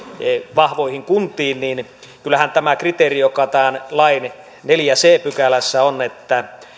vahvoihin kuntiin niin kyllähän tältä kriteeriltä joka tämän lain neljännessä c pykälässä on että